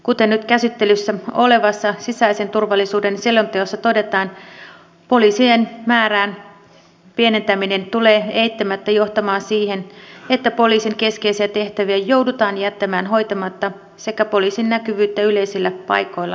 kuten nyt käsittelyssä olevassa sisäisen turvallisuuden selonteossa todetaan poliisien määrän pienentäminen tulee eittämättä johtamaan siihen että poliisin keskeisiä tehtäviä joudutaan jättämään hoitamatta sekä poliisin näkyvyyttä yleisillä paikoilla laskemaan